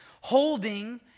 holding